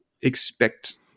expect